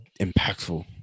impactful